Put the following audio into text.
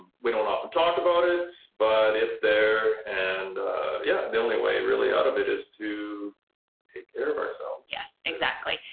we don't have to talk about it, but it's there, and yeah, the only way really out of it is to take care of ourselves. yes, exactly,